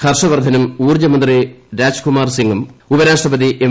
ഹർഷവർദ്ധനും ഊൌർജ്ജമന്ത്രി രാജ്കുമാർസിംഗും ഉപരാഷ്ട്രപതി എം